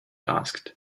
asked